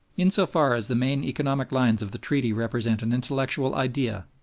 in so far as the main economic lines of the treaty represent an intellectual idea,